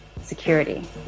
security